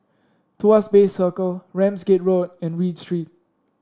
Tuas Bay Circle Ramsgate Road and Read Street